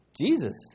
Jesus